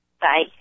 Bye